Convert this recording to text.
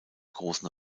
grossen